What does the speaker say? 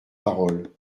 parole